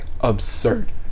absurd